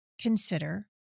consider